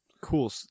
cool